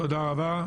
תודה רבה.